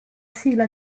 sigla